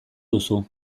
duzu